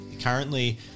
currently